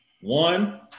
One